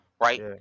right